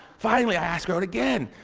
finally i asked her out again.